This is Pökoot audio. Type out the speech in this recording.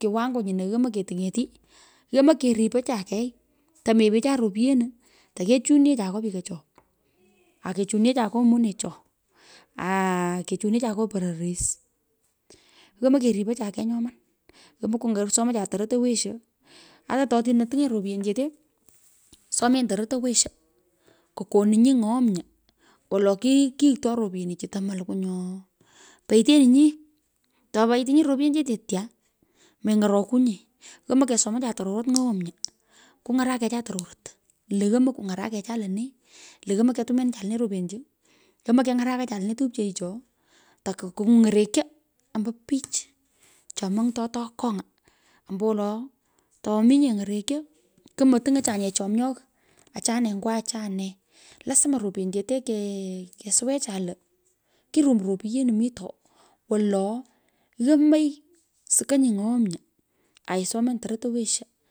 kiwango nyino yomoi kitenyeti. Yomoi keripo cha keti. tomo epecho ropyenu teke chuniecha nyo pikopcho. akechuniecha nyo monecho. aaah kechuniecha nyo pororis. Yomoi keripo cha klei nyoman. Yomoi somocha tororot owesho. ata ato tiny’enyi ropyenichete. somenyi tororot owesho. kukoninyi ng’oomyo. wolo kigh. kighto ropyenichu tomalukwa nyo petoninyi. To paitnyi ropyenichete tya. meny’oroku nye. Vomoi kesomacha tororot ny’oomyo. kung. arakecha tororot. lo yomoi kung’arakecha lene. lo yomoi ketumianacha lene ropyenichu. yomoi keng’arakacha lene tupchoicho taku kungwin ng’arekyo ombo pich chomony’toto akong’a ombowolo tominye ny’orekyo. kumatiny’echanye chomyoi nyo achane. Lazima ropyenichete kesuwecha lo kirumu ropyenu mito. wolo yomi sukonyi ny’omyo. aisomonyi tororot awesho.